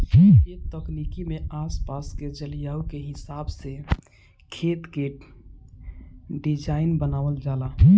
ए तकनीक में आस पास के जलवायु के हिसाब से खेत के डिज़ाइन बनावल जाला